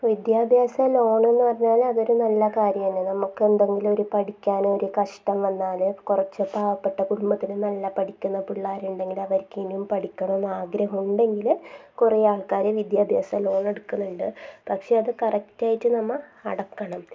വിദ്യാഭ്യാസ ലോണെന്നു പറഞ്ഞാൽ അതൊരു നല്ല കാര്യമാണ് നമുക്കെന്തെങ്കിലു ഒരു പഠിക്കാനൊരു കഷ്ടം വന്നാൽ കുറച്ച് പാവപ്പെട്ട കടുംബത്തിന് നല്ല പഠിക്കുന്ന പിള്ളേരുണ്ടെങ്കിൽ അവർക്ക് ഇനിയും പഠിക്കണമെന്ന് ആഗ്രഹം ഉണ്ടെങ്കിൽ കുറേ ആൾക്കാർ വിദ്യാഭ്യാസ ലോണെടുക്കുന്നുണ്ട് പക്ഷെ അത് കറക്റ്റായിട്ട് നമ്മൾ അടക്കണം